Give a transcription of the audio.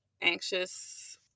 anxious